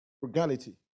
Frugality